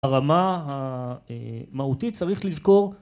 הרמה המהותית צריך לזכור